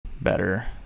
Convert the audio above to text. better